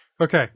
Okay